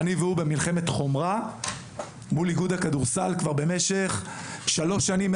אני והוא במלחמת חורמה מול איגוד הכדורסל כבר במשך שלוש שנים,